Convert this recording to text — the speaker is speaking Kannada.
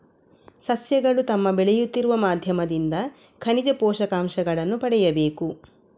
ಸಸ್ಯಗಳು ತಮ್ಮ ಬೆಳೆಯುತ್ತಿರುವ ಮಾಧ್ಯಮದಿಂದ ಖನಿಜ ಪೋಷಕಾಂಶಗಳನ್ನು ಪಡೆಯಬೇಕು